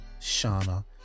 Shauna